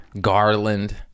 Garland